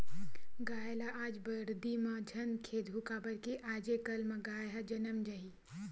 गाय ल आज बरदी म झन खेदहूँ काबर कि आजे कल म गाय ह जनम जाही